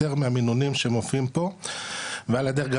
יותר מהמינונים שמופיעים פה ועל הדרך,